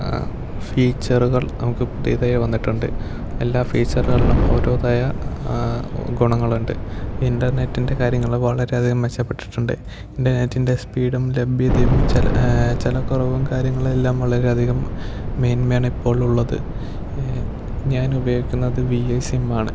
ഫീച്ചറുകൾ നമുക്ക് പുതിയതായി വന്നിട്ടുണ്ട് എല്ലാ ഫീച്ചറുകളിലും ഓരോതായ ഗുണങ്ങളുണ്ട് ഇൻറ്റർനെറ്റിൻ്റെ കാര്യങ്ങളിൽ വളരെയധികം മെച്ചപ്പെട്ടിട്ടുണ്ട് ഇൻറ്റർനെറ്റിൻ്റെ സ്പീഡും ലഭ്യതയും ചെല ചെല കുറവും കാര്യങ്ങളും എല്ലാം വളരെയധികം മേന്മയാണ് ഇപ്പോൾ ഉള്ളത് ഞാൻ ഉപയോഗിക്കുന്നത് വി ഐ സിമ്മാണ്